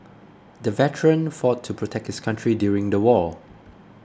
the veteran fought to protect his country during the war